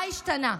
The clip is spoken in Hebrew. מה השתנה?